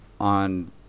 on